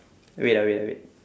wait ah wait ah wait